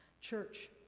church